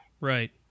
Right